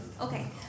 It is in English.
Okay